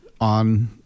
on